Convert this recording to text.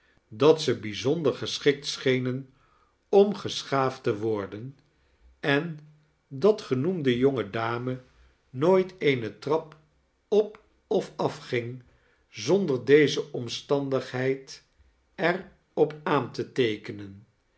dat ze bijzonder geschikt schenen om geschaafd te worden en dat genoemde jonge dame nooit eene trap op of afging zonder deze omstandigheid er op aan te teekenen